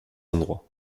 endroits